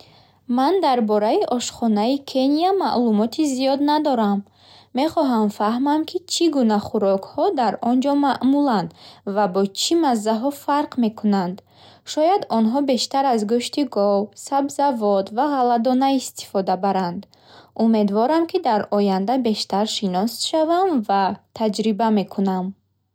Ман дар бораи ошхонаи Кения маълумоти зиёд надорам. Мехоҳам фаҳмам, ки чӣ гуна хӯрокҳо дар он ҷо маъмуланд ва бо чӣ маззаҳо фарқ мекунанд. Шояд онҳо бештар аз гӯшти гов, сабзавот ва ғалладона истифода баранд. Умедворам, ки дар оянда бештар шинос мешавам ва таҷриба мекунам.